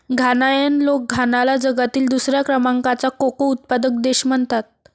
घानायन लोक घानाला जगातील दुसऱ्या क्रमांकाचा कोको उत्पादक देश म्हणतात